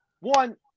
One